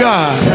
God